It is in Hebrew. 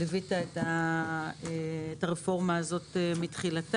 ליווית את הרפורמה הזאת מתחילתה,